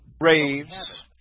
Raves